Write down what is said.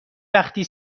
وقتی